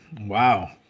Wow